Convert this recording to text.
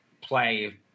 play